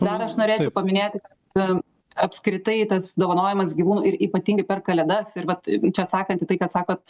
dar aš norėčiau paminėti kad apskritai tas dovanojimas gyvūnų ir ypatingai per kalėdas ir vat čia atsakant į tai kad sakot